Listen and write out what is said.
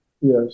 yes